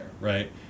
right